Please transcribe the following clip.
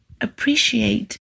appreciate